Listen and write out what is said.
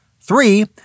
Three